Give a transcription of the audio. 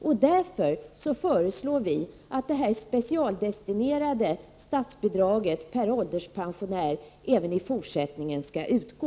Vi föreslår därför att det specialdestinerade statsbidraget per ålderspensionär även i fortsättningen skall utgå.